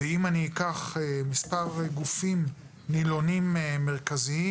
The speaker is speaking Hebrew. ואם אקח מספר גופים נילונים מרכזיים: